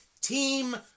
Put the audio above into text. team